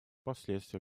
последствия